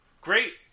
great